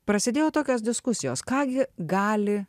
prasidėjo tokios diskusijos ką gi gali